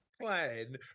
plan